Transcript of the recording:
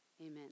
Amen